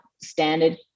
standard